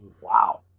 Wow